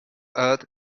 earth